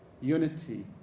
Unity